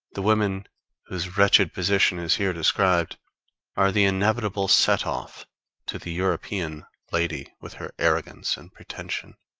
the women whose wretched position is here described are the inevitable set-off to the european lady with her arrogance and pretension.